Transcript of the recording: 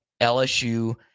LSU